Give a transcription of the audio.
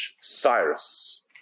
Cyrus